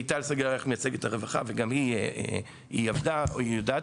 מיטל עבדה מול הרווחה וגם היא מכירה את